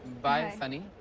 bye sunny.